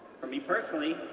for me personally,